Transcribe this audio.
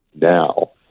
now